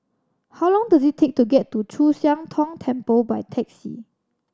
how long does it take to get to Chu Siang Tong Temple by taxi